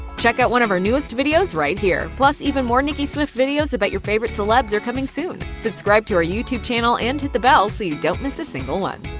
check out one of our newest videos right here! plus, even more nicki swift videos about your favorite celebs are coming soon. subscribe to our youtube channel and hit the bell so you don't miss a single one.